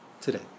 today